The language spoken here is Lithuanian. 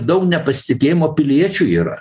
daug nepasitikėjimo piliečių yra